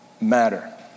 matter